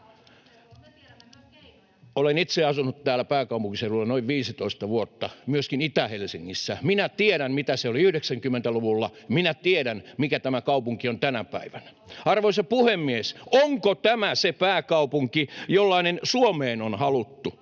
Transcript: Olen itse asunut täällä pääkaupunkiseudulla noin 15 vuotta, myöskin Itä-Helsingissä. Minä tiedän, mitä se oli 90-luvulla, ja minä tiedän, mikä tämä kaupunki on tänä päivänä. Arvoisa puhemies! Onko tämä se pääkaupunki, jollainen Suomeen on haluttu?